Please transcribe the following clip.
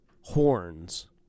horns